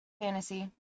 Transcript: fantasy